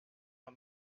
man